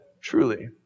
truly